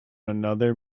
another